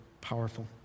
powerful